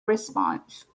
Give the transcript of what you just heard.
response